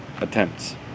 attempts